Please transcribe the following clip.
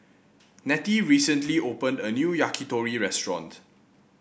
Nettie recently opened a new Yakitori Restaurant